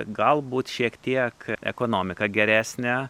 galbūt šiek tiek ekonomika geresnė